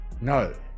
No